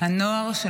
הנוער של